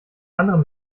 andere